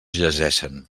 llegeixen